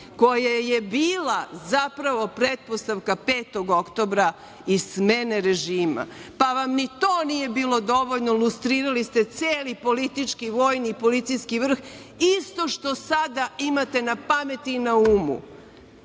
koja je bila zapravo pretpostavka 5. oktobra i smene režima. Ni to vam nije bilo dovoljno, lustrirali ste celi politički, vojni i policijski vrh, isto što sada imate na pameti i na umu. Ono